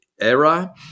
era